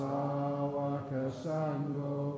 Sawakasango